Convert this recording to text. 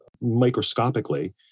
microscopically